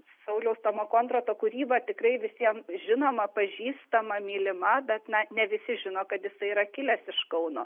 sauliaus tomo kondroto kūryba tikrai visiem žinoma pažįstama mylima bet na ne visi žino kad jisai yra kilęs iš kauno